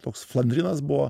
toks flandrinas buvo